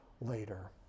later